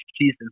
season